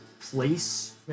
place